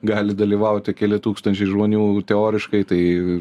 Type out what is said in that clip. gali dalyvauti keli tūkstančiai žmonių teoriškai tai